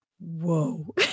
whoa